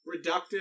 Reductive